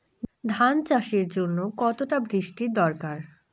ধান চাষের জন্য কতটা বৃষ্টির দরকার?